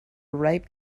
ripe